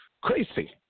crazy